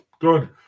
Good